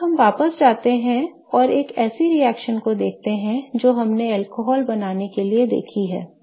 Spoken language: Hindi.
अब हम वापस जाते हैं और एक ऐसी रिएक्शन को देखते हैं जो हमने अल्कोहल बनाने के लिए देखी है